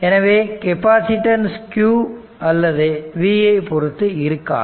எனவே capacitance q அல்லது v ஐ பொறுத்து இருக்காது